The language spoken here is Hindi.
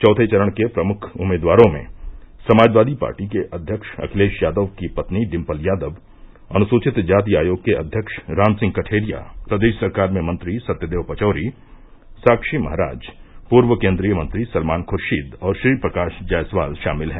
चौथे चरण के प्रमुख उम्मीदवारों में समाजवादी पार्टी के अध्यक्ष अखिलेश यादव की पत्नी डिम्पल यादव अनुसूचित जाति आयोग के अध्यक्ष राम सिंह कठेरिया प्रदेश सरकार में मंत्री सत्यदेव पचौरी साक्षी महराज पूर्व केन्द्रीय मंत्री सलमान खुर्शीद और श्री प्रकाश जायसवाल शामिल है